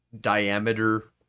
diameter